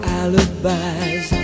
alibis